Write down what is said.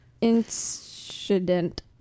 Incident